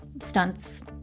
stunts